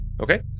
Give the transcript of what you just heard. Okay